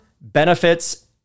benefits